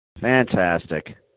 Fantastic